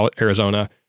Arizona